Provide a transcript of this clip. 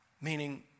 Meaning